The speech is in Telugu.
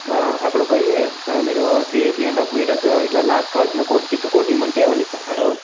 అక్కడకి పోయి మీరు three three and half metres ఇట్లా లార్జ్ కావల్సిన కోట్ ఇట్లా థిక్ కోట్ ఇమ్మంటే వాళ్ళు ఇస్తారు